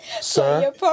Sir